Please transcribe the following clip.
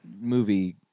movie